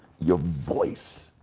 your voice,